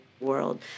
world